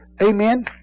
Amen